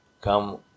come